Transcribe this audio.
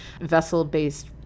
vessel-based